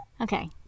Okay